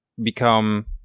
become